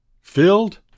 Filled